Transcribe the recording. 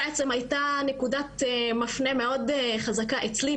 בעצם הייתה נקודת מפנה מאוד חזקה אצלי,